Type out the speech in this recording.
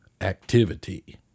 activity